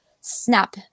snap